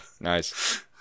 Nice